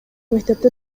мектепти